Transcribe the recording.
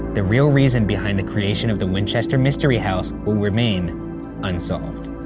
the real reason behind the creation of the winchester mystery house will remain unsolved.